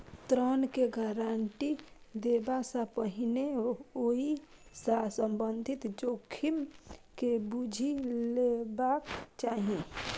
ऋण के गारंटी देबा सं पहिने ओइ सं संबंधित जोखिम के बूझि लेबाक चाही